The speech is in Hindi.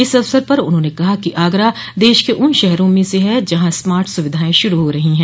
इस अवसर पर उन्होंने कहा कि आगरा देश के उन शहरों में हैं जहां स्मार्ट सुविधाएं शुरू हो रही है